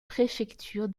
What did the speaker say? préfecture